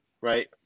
right